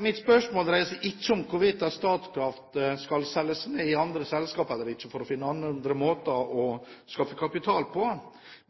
Mitt spørsmål dreier seg ikke om hvorvidt Statkraft skal selge seg ned i andre selskaper eller ikke for å finne andre måter å skaffe kapital på.